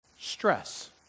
Stress